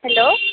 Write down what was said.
hello